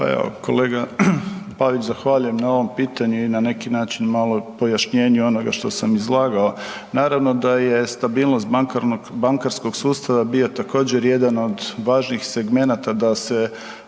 kolega Pavić zahvaljujem na ovom pitanju i na neki način malo i pojašnjenju onoga što sam izlagao. Naravno da je stabilnost bankarnog, bankarskog sustava bio također jedan od važnijih segmenata da se